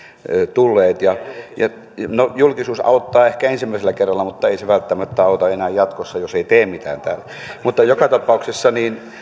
tulleet no julkisuus auttaa ehkä ensimmäisellä kerralla mutta ei se välttämättä auta enää jatkossa jos ei tee mitään täällä joka tapauksessa